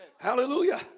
Hallelujah